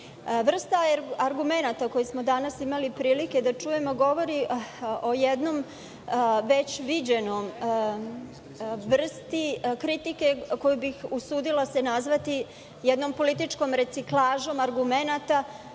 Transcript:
Vrsta argumenata koje smo danas imali prilike da čujemo govori o jednoj već viđenoj vrsti kritike koje bih usudila nazvati jednom političkom reciklažom argumenata